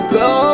go